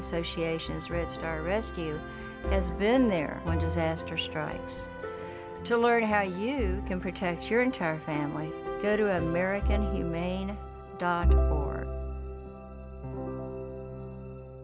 association has red star rescue has been there when disaster strikes to learn how you can protect your entire family go to an american humane